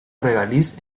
regaliz